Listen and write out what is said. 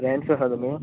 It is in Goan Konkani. फ्रेंड्स आसा तुमी